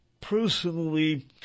personally